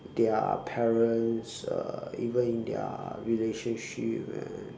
their parents uh even in their relationship and